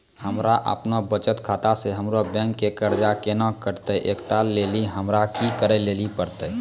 हमरा आपनौ बचत खाता से हमरौ बैंक के कर्जा केना कटतै ऐकरा लेली हमरा कि करै लेली परतै?